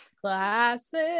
Classic